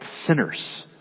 sinners